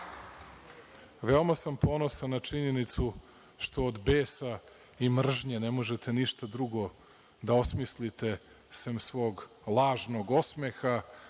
sam ponosan na činjenicu što od besa i mržnje ne možete ništa drugo da osmislite sem svog lažnog osmeha